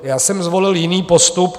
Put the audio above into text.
Já jsem zvolil jiný postup.